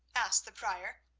asked the prior.